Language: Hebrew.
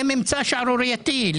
לדעתי זה ממצא שערורייתי.